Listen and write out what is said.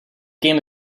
game